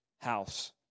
house